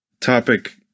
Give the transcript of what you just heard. topic